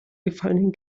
gefallenen